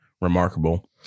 remarkable